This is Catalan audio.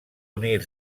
unir